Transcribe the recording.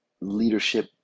leadership